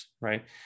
right